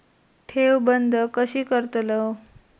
ठेव बंद कशी करतलव?